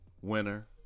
Winner